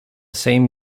same